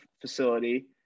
facility